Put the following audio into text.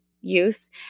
youth